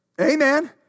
Amen